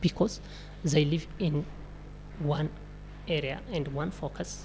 because they live in one area and one focus